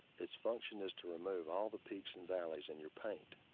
it's function is to remove all the peaks and valleys in your paint.